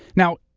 now,